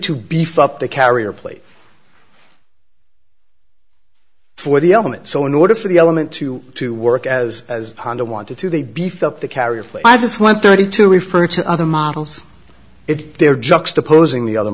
to beef up the carrier plate for the element so in order for the element to to work as honda wanted to they beefed up the carrier i just one thirty to refer to other models it's their juxtaposing the other